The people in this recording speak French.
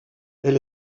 elle